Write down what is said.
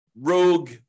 rogue